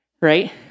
Right